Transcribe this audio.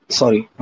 sorry